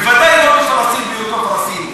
בוודאי לא בפלסטיני בהיותו פלסטיני.